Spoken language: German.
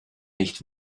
nicht